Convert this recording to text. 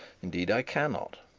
indeed i cannot.